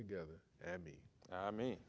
together and the i mean